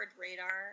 radar